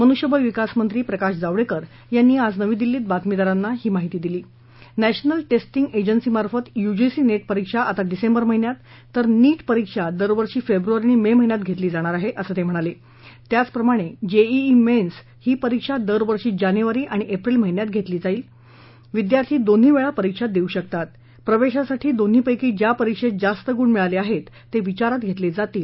मनुष्यबळ विकास मंत्री प्रकाश जावडेकर यांनी आज नवी दिल्लीत बातमीदारांना यासंबंधी माहिती दिली नॅशनल टेस्टिंग एजन्सीमार्फत यूजीसी नेट परीक्षा आता डिसेंबर महिन्यात तर नीट परीक्षा दरवर्षी फेब्रवारी आणि मे महिन्यात घेतली जाणार आहे अंस ते म्हणाले त्याच प्रमाणे जेईई मेन्स ही परीक्षा दरवर्षी जानेवारी आणि एप्रिल या महिन्यात घेतली जाईल जावडेकर यांनी सांगितलं की विद्यार्थी दोन्ही वेळा परीक्षा देऊ शकतात प्रवेशासाठी दोन्हींपैकी ज्या परीक्षेत जास्त गुण प्राप्त झाले आहेत ते विचारात घेतले जातील